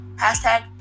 hashtag